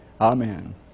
Amen